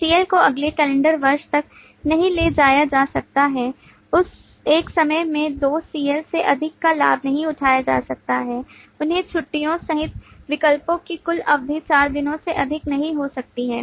CL को अगले calendar वर्ष तक नहीं ले जाया जा सकता है एक समय में दो CL से अधिक का लाभ नहीं उठाया जा सकता है उन्हें छुट्टियों सहित विकल्पों की कुल अवधि चार दिनों से अधिक नहीं हो सकती है